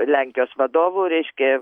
lenkijos vadovų reiškia